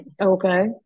Okay